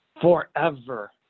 forever